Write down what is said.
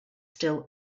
still